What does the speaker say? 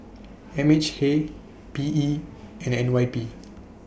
M H A P E and N Y P